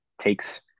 takes